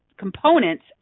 components